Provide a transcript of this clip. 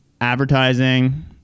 advertising